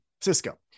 cisco